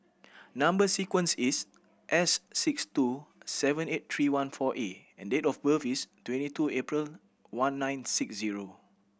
number sequence is S six two seven eight three one four A and date of birth is twenty two April one nine six zero